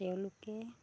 তেওঁলোকে